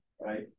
right